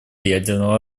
ядерного